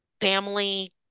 family